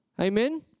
Amen